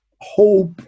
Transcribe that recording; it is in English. hope